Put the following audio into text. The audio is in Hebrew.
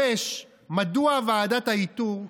5. מדוע חבר ועדת האיתור,